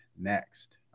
next